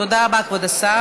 תודה רבה, כבוד השר.